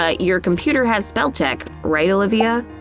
ah your computer has spell-check, right olivia?